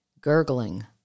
gurgling